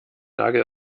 nagel